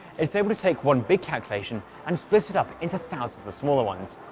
it is able to take one big calculation and split it up into thousands of smaller ones,